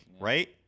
right